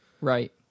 right